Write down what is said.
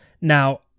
Now